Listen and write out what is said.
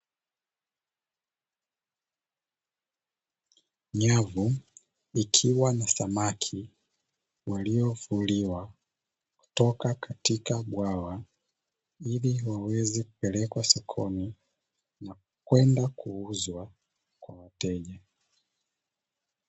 Nyavu ikiwa na samaki waliovuliwa kutoka katika bwawa ili waweze kupelekwa sokoni na kwenda kuuzwa kwa wateja.